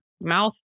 mouth